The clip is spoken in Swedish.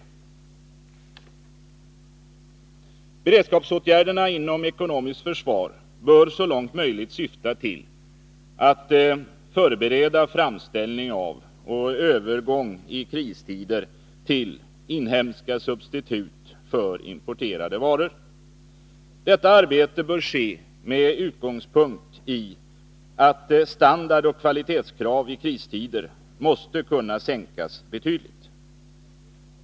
Beredskapsåtgärderna inom ekonomiskt försvar bör så långt möjligt syfta till att förbereda framställning av — och övergång i kristider till — inhemska substitut för importerade varor. Detta arbete bör ske med utgångspunkt i att standard och kvalitetskrav i kristider måste kunna sänkas betydligt.